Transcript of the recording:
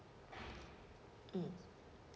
mm